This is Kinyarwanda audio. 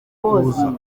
kuza